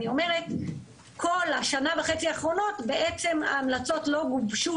במשך השנה וחצי האחרונות בעצם ההמלצות לא גובשו,